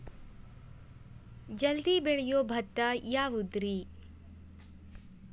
ಜಲ್ದಿ ಬೆಳಿಯೊ ಭತ್ತ ಯಾವುದ್ರೇ?